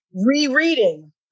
rereading